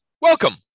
Welcome